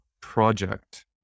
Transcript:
project